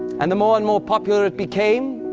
and the more and more popular it became,